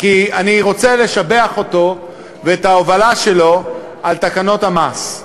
אני רוצה לשבח אותו ואת ההובלה שלו של תקנות המס,